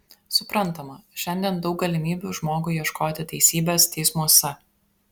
suprantama šiandien daug galimybių žmogui ieškoti teisybės teismuose